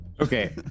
Okay